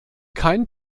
kein